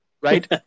right